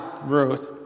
Ruth